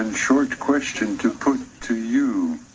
um short question to put to you,